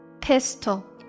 pistol